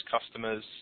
customers